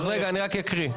אז אני רק אקריא.